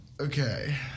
Okay